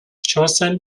chosen